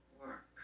work